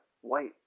white